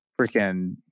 freaking